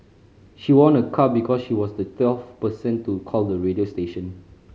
she won a car because she was the twelfth person to call the radio station